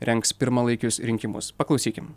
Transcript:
rengs pirmalaikius rinkimus paklausykim